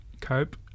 cope